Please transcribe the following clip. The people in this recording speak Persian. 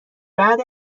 بعد